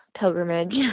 pilgrimage